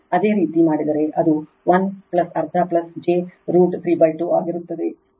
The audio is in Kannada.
ಅದೇ ರೀತಿ ಮಾಡಿದರೆ ಅದು 1 ಅರ್ಧ j ರೂಟ್ 32 ಆಗುತ್ತದೆ